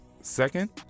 Second